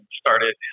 started